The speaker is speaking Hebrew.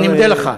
אני מודה לך.